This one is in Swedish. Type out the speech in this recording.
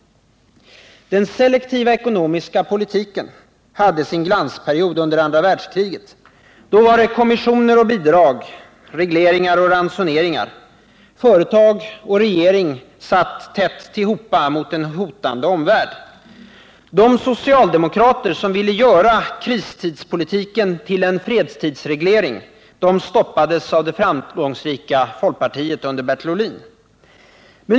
Den selektiva ekonomiska politiken hade sin glansperiod under andra världskriget. Då var det kommissioner och bidrag, regleringar och ransoneringar. Företag och regering höll ihop mot en hotande omvärld. De socialdemokrater som ville göra kristidspolitiken till en fredstidsreglering stoppades av det framgångsrika folkpartiet under Bertil Ohlins ledning.